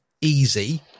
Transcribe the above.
easy